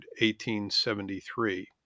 1873